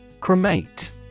Cremate